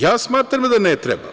Ja smatram da ne treba.